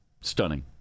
Stunning